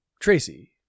Tracy